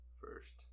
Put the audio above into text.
first